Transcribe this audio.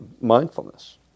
mindfulness